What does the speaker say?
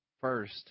first